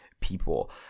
people